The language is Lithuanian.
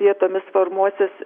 vietomis formuosis